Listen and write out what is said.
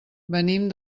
venim